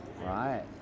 right